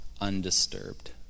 undisturbed